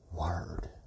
Word